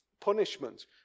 punishment